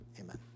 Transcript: amen